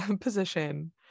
position